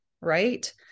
right